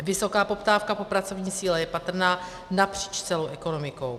Vysoká poptávka po pracovní síle je patrná napříč celou ekonomikou.